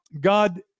God